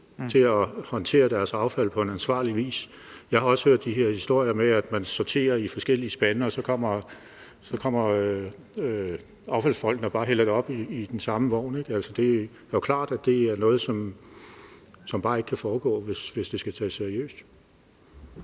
til at håndtere deres affald på ansvarlig vis. Jeg har også hørt de her historier med, at man sorterer i forskellige spande, og så kommer affaldsfolkene og hælder det op i den samme vogn. Det er jo klart, at det er noget, som bare ikke kan foregå, hvis det skal tages seriøst.